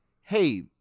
hey